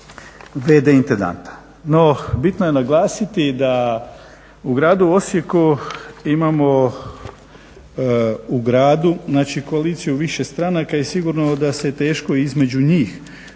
intendanta. No, bitno je naglasiti da u gradu Osijeku imamo u gradu, znači koaliciju više stranaka i sigurno da se teško između njih